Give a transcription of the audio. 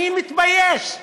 אני מתבייש.